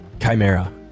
Chimera